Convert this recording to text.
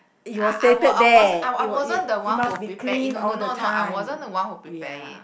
I I I I wasn't the one who prepare it no no no no I wasn't the one who prepare it